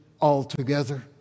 altogether